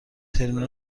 ترمینال